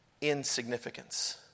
insignificance